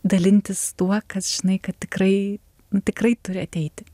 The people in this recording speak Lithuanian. dalintis tuo kas žinai kad tikrai nu tikrai turi ateiti